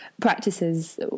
practices